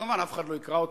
שכמובן אף אחד לא יקרא אותו,